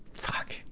fuck!